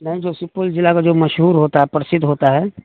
نہیں جو سپول جلع کا جو مشہور ہوتا ہے پرسدھ ہوتا ہے